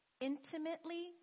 intimately